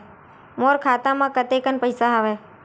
मोर खाता म कतेकन पईसा हवय?